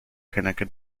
connected